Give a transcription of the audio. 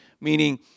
Meaning